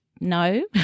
no